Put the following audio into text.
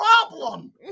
problem